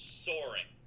soaring